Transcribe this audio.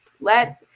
Let